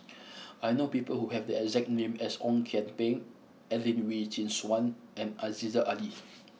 I know people who have the exact name as Ong Kian Peng Adelene Wee Chin Suan and Aziza Ali